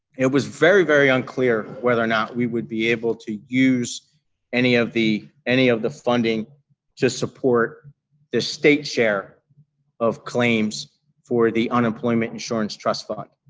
it was very, very unclear whether or not we would be able to use any of the any of the funding to support the state share of claims for the unemployment insurance trust fund.